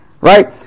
right